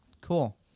Cool